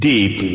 Deep